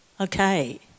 Okay